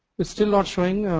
still launching,